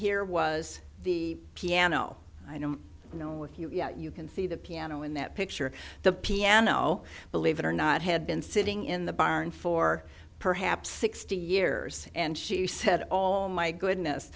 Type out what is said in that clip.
here was the piano i don't know if you you can see the piano in that picture the piano believe it or not had been sitting in the barn for perhaps sixty years and she said all my goodness